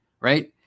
right